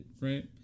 right